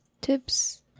tips